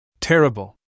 Terrible